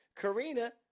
Karina